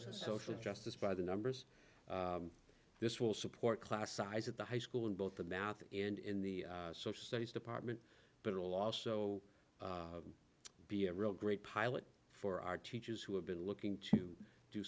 social justice by the numbers this will support class size at the high school in both the math and in the social studies department but it will also be a real great pilot for our teachers who have been looking to do